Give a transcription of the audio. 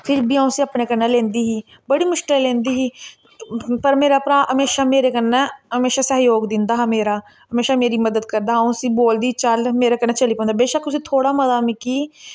फिर बी आ'ऊं उसी अपने कन्नै लेंदी ही बड़ी मुश्कलै लेंदी ही पर मेरा भ्राऽ हमेशां मेरे कन्नै हमेशां सैहयोग दिंदा हा मेरा हमेशां मेरी मदद करदा हा आ'ऊं उसी बोलदी ही चल मेरे कन्नै चली पौंदा हा बेशक्क उस थोह्ड़ा मता मिकी